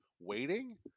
waiting